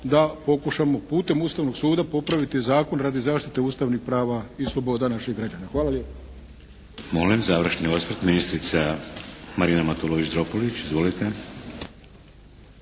da pokušamo putem Ustavnog suda popraviti zakon radi zaštite ustavnih prava i sloboda naših građana. Hvala lijepa.